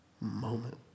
moment